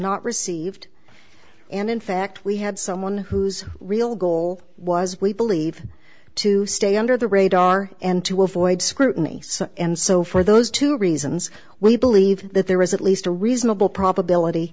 not received and in fact we had someone whose real goal was we believe to stay under the radar and to avoid scrutiny and so for those two reasons we believe that there was at least a reasonable probability